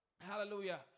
Hallelujah